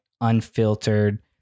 unfiltered